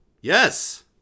yes